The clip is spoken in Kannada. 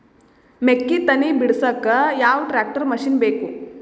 ಮೆಕ್ಕಿ ತನಿ ಬಿಡಸಕ್ ಯಾವ ಟ್ರ್ಯಾಕ್ಟರ್ ಮಶಿನ ಬೇಕು?